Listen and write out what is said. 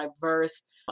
diverse